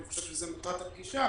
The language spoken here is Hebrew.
אני חושב שזו מטרת הפגישה,